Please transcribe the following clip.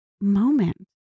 moment